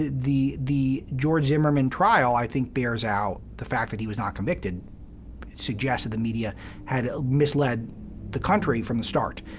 the the george zimmerman trial, i think, bears out the fact that he was not convicted suggests that the media had ah misled the country from the start.